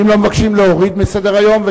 ואם לא מבקשים להוריד מסדר-היום,